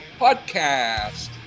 Podcast